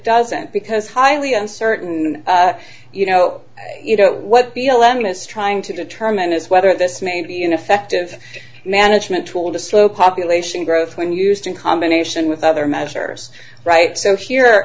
doesn't because highly uncertain you know you know what b l m miss trying to determine is whether this may be ineffective management tool to slow population growth when used in combination with other measures right so here